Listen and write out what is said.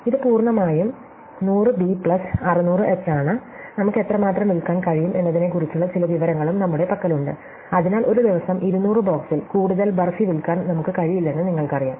ഇത് പൂർണ്ണമായും 100 B plus 600 H ആണ് നമുക്ക് എത്രമാത്രം വിൽക്കാൻ കഴിയും എന്നതിനെക്കുറിച്ചുള്ള ചില വിവരങ്ങളും നമ്മുടെ പക്കലുണ്ട് അതിനാൽ ഒരു ദിവസം 200 ബോക്സിൽ കൂടുതൽ ബാർഫി വിൽക്കാൻ നമുക്ക് കഴിയില്ലെന്ന് നിങ്ങൾക്കറിയാം